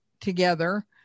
together